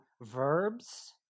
verbs